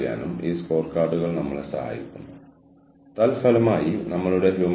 മാനസികമായും ശാരീരികമായും സാമൂഹികമായും പോലും ആരോഗ്യവാനായിരിക്കുക എന്നത് വളരെ പ്രധാനമാണ്